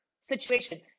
situation